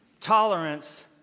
tolerance